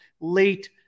late